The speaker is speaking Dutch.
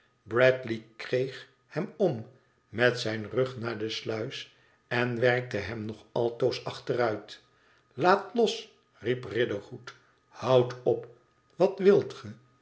bradley kreeg hem om met zijn rug naar de sluis n werkte hem nog altoos achteruit laat los riep riderhood ihoud op wat wilt ge